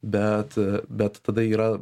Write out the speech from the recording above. bet bet tada yra